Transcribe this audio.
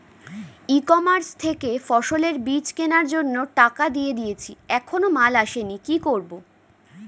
ই commerce থেকে ফসলের বীজ কেনার জন্য টাকা দিয়ে দিয়েছি এখনো মাল আসেনি কি করব?